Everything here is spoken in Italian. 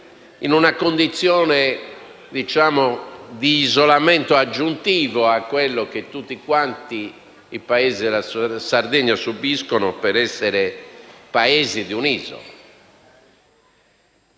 in una condizione di isolamento aggiuntiva a quella che tutti quanti i Comuni della Sardegna subiscono per essere Comuni di un'isola.